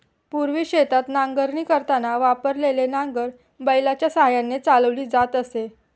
पूर्वी शेतात नांगरणी करताना वापरलेले नांगर बैलाच्या साहाय्याने चालवली जात असे